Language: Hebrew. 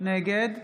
נגד